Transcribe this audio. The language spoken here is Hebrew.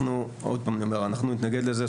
עוד פעם אני אומר, אנחנו נתנגד לזה.